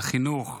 חינוך,